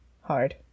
hard